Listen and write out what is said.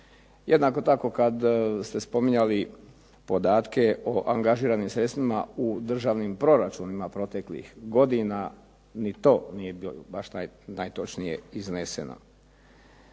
Jednako tako kad ste spominjali podatke o angažiranim sredstvima u državnim proračunima proteklih godina ni to nije bilo baš najtočnije izneseno.